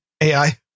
AI